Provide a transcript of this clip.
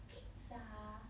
pizza